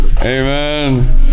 amen